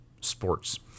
sports